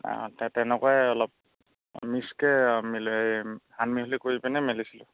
অঁ তে তেনেকুৱাই অলপ মিক্সকৈ মিলি সান মিহলি কৰি পিনে মেলিছিলোঁ